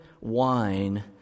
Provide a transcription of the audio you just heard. wine